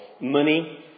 money